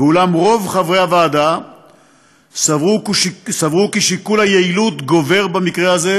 ואולם רוב חברי הוועדה סברו כי שיקול היעילות גובר במקרה הזה,